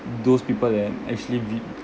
those people that actually